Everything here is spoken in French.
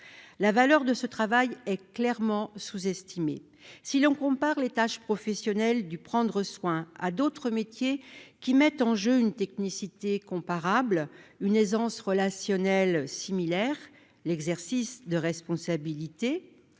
La valeur de ce travail est clairement sous-estimée. Si l'on compare les tâches professionnelles de prendre soin à d'autres métiers, qui mettent en jeu une technicité comparable, une aisance relationnelle similaire et l'exercice de responsabilités,